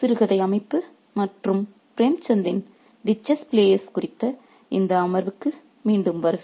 சிறுகதை அமைப்பு மற்றும் பிரேம்சந்தின் 'தி செஸ் பிளேயர்கள்' குறித்த இந்த அமர்வுக்கு மீண்டும் வருக